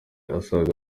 asaga